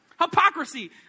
hypocrisy